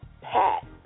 Pat